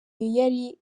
yari